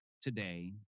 today